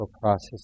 process